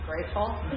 grateful